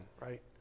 right